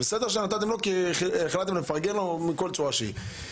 זה בסדר שנתתם לו כי החלטתם לפרגן לו בכל צורה שהיא.